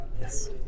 Yes